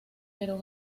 pero